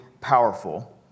powerful